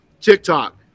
TikTok